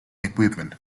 equipment